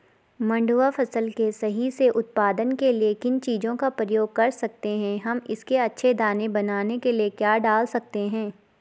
मंडुवा फसल के सही से उत्पादन के लिए किन चीज़ों का प्रयोग कर सकते हैं हम इसके अच्छे दाने बनाने के लिए क्या डाल सकते हैं?